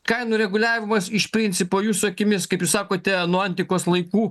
kainų reguliavimas iš principo jūsų akimis kaip jūs sakote nuo antikos laikų